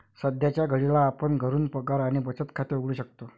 सध्याच्या घडीला आपण घरून पगार आणि बचत खाते उघडू शकतो